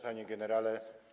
Panie Generale!